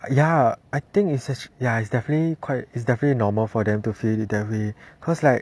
ya I think it's ya it's definitely quite it's definitely normal for them to feel that way cause like